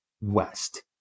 West